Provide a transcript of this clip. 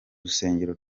rusengero